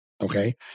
okay